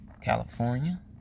California